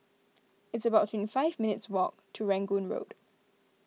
it's about twenty five minutes' walk to Rangoon Road